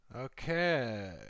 Okay